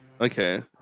Okay